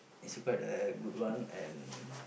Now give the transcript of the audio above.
it's quite a good one and